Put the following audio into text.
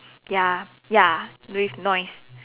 ya ya with noise